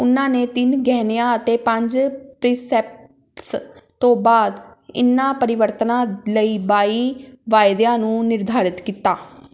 ਉਨ੍ਹਾਂ ਨੇ ਤਿੰਨ ਗਹਿਣਿਆਂ ਅਤੇ ਪੰਜ ਪ੍ਰੀਸੈਪਟਸ ਤੋਂ ਬਾਅਦ ਇਨ੍ਹਾਂ ਪਰਿਵਰਤਨਾਂ ਲਈ ਬਾਈ ਵਾਅਦਿਆਂ ਨੂੰ ਨਿਰਧਾਰਤ ਕੀਤਾ